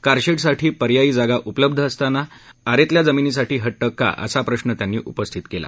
कारशेडसाठी पर्यायी जागा उपलब्ध असताना आरेतील जमीनीसाठीच हट्ट का असा प्रश्न त्यांनी उपस्थित केला